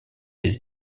des